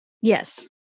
Yes